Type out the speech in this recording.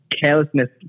carelessness